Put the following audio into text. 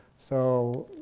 so,